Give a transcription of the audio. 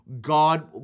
God